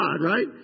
right